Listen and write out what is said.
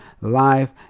live